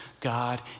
God